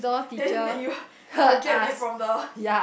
then that you will you will get it from the